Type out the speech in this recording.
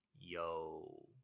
Yo